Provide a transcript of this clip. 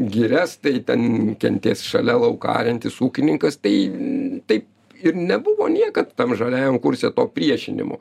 girias tai ten kentės šalia lauką ariantis ūkininkas tai taip ir nebuvo niekad tam žaliajam kurse to priešinimo